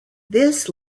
this